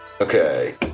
Okay